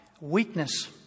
weakness